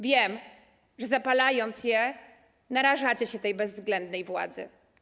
Wiem, że zapalając je, narażacie się tej bezwzględnej władzy.